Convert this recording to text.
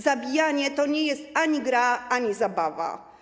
Zabijanie to nie jest ani gra, ani zabawa.